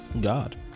God